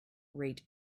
rate